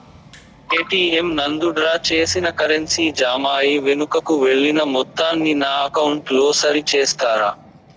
ATM నందు draw చేసిన currency జామ అయి వెనుకకు వెళ్లిన మొత్తాన్ని నా అకౌంట్ లో సరి చేస్తారా?